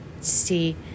see